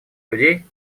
людей